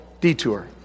detour